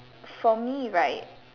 for me right